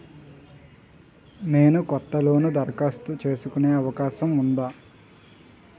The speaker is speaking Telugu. నేను కొత్త లోన్ దరఖాస్తు చేసుకునే అవకాశం ఉందా?